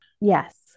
Yes